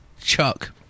Chuck